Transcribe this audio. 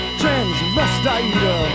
transvestite